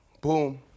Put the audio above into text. Boom